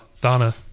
Donna